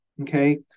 Okay